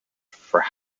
for